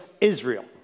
Israel